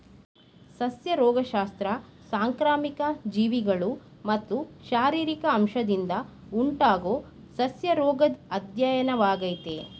ಸಸ್ಯ ರೋಗಶಾಸ್ತ್ರ ಸಾಂಕ್ರಾಮಿಕ ಜೀವಿಗಳು ಮತ್ತು ಶಾರೀರಿಕ ಅಂಶದಿಂದ ಉಂಟಾಗೊ ಸಸ್ಯರೋಗದ್ ಅಧ್ಯಯನವಾಗಯ್ತೆ